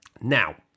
Now